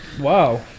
Wow